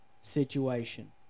situation